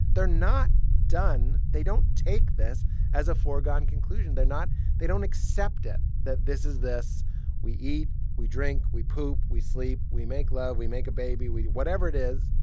they're not done. they don't take this as a foregone conclusion. they're not they don't accept it, that this is this we eat, we drink, we poop, we sleep, we make love, we make a baby, we whatever it is,